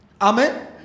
Amen